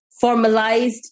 formalized